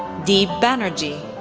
deb banerji,